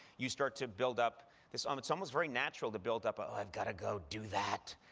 you start to build up this um it's almost very natural the build up a, i've got to go do that!